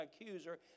accuser